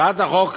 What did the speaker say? הצעת החוק